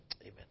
Amen